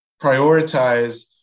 prioritize